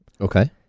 Okay